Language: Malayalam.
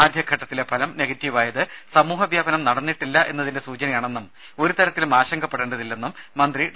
ആദ്യഘട്ടത്തിലെ ഫലം നെഗറ്റീവായത് സമൂഹവ്യാപനം നടന്നിട്ടില്ലെന്നതിന്റെ സൂചനയാണെന്നും ഒരുതരത്തിലും ആശങ്കപ്പെടേതില്ലെന്നും മന്ത്രി ഡോ